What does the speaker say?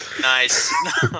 Nice